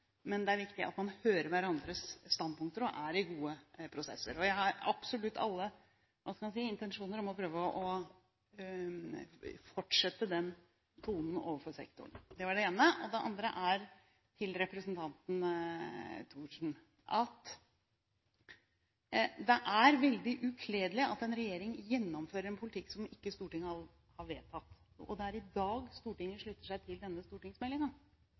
men det er viktig at man hører hverandres standpunkter og er i gode prosesser. Jeg har absolutt alle intensjoner om å prøve å fortsette den tonen overfor sektoren. Det var det ene. Det andre er til representanten Thorsen: Det er veldig ukledelig at en regjering gjennomfører en politikk som ikke Stortinget har vedtatt. Det er i dag Stortinget slutter seg til denne